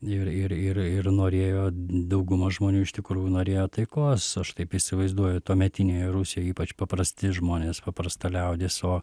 ir ir ir ir norėjo dauguma žmonių iš tikrųjų norėjo taikos aš taip įsivaizduoju tuometinėje rusijoj ypač paprasti žmonės paprasta liaudis o